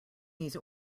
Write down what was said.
these